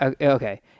okay